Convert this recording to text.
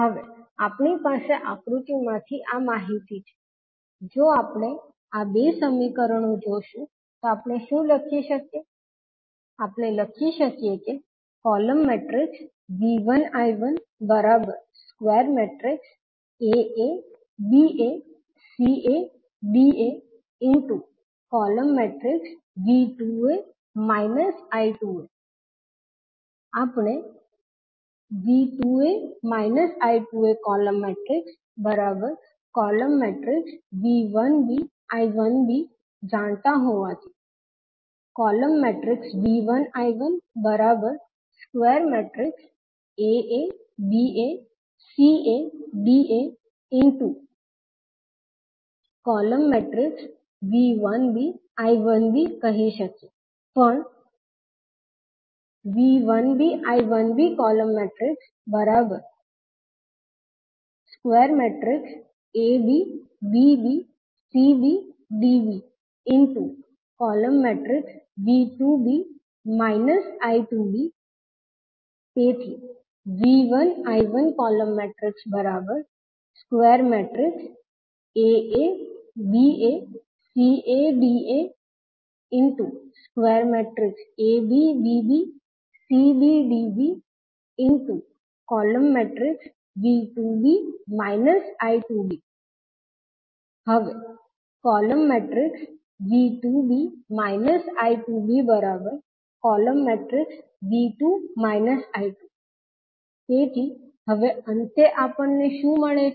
હવે આપણી પાસે આકૃતિ માંથી આ માહિતી છે જો આપણે આ બે સમીકરણો જોશું તો આપણે શું લખી શકીએ તો આપણે લખી શકીએ કે આપણે જાણતા હોવાથી પણ તેથી હવે તેથી હવે અંતે આપણને શું મળે છે